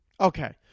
Okay